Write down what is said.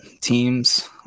teams